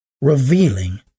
revealing